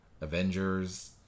Avengers